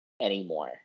anymore